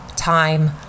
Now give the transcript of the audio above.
time